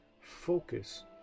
focus